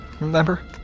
Remember